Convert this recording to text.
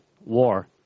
war